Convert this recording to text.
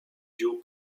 joe